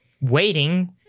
Waiting